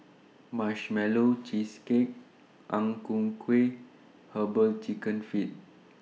Marshmallow Cheesecake Ang Ku Kueh Herbal Chicken Feet